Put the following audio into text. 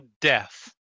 death